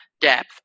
depth